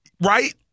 right